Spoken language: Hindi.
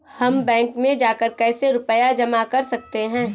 हम बैंक में जाकर कैसे रुपया जमा कर सकते हैं?